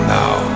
now